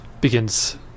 begins